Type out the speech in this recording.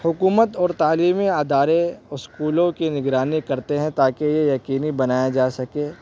حکومت اور تعلیمی ادارے اسکولوں کی نگرانی کرتے ہیں تاکہ یہ یقینی بنایا جا سکے